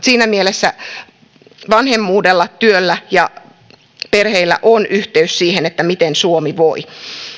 siinä mielessä vanhemmuudella työllä ja perheillä on yhteys siihen miten suomi voi